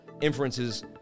inferences